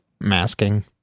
Masking